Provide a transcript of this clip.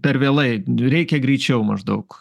per vėlai reikia greičiau maždaug